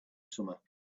summer